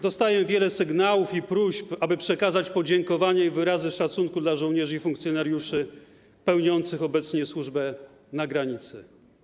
Dostaję wiele sygnałów i próśb, aby przekazać podziękowania i wyrazy szacunku dla żołnierzy i funkcjonariuszy pełniących obecnie służbę na granicy.